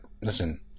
listen